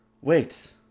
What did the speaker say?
Wait